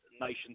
nations